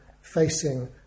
facing